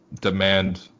demand